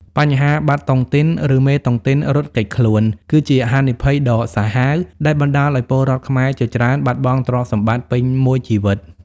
បញ្ហា "បាត់តុងទីន" ឬមេតុងទីនរត់គេចខ្លួន គឺជាហានិភ័យដ៏សាហាវដែលបណ្ដាលឱ្យពលរដ្ឋខ្មែរជាច្រើនបាត់បង់ទ្រព្យសម្បត្តិពេញមួយជីវិត។